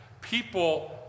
People